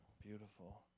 Beautiful